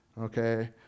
Okay